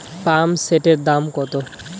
পাম্পসেটের দাম কত?